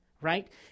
right